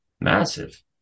Massive